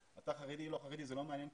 אתה חרדי או לא חרדי, זה לא מעניין פשוט.